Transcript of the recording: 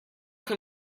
can